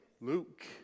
Luke